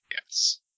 yes